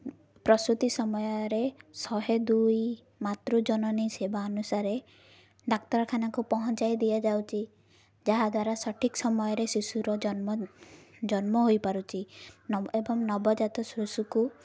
ପ୍ରସୂତି ସମୟରେ ଶହେ ଦୁଇ ମାତୃ ଜନନୀ ସେବା ଅନୁସାରେ ଡାକ୍ତରଖାନାକୁ ପହଞ୍ଚାଇ ଦିଆଯାଉଛି ଯାହାଦ୍ୱାରା ସଠିକ ସମୟରେ ଶିଶୁର ଜନ୍ମ ଜନ୍ମ ହୋଇପାରୁଛି ଏବଂ ନବଜାତ ଶିଶୁକୁ